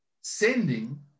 sending